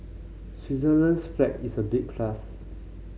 Switzerland's flag is a big plus